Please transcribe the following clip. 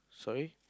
sorry